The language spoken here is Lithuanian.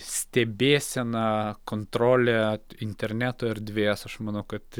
stebėseną kontrolę interneto erdvės aš manau kad